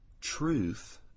truth